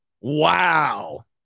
Wow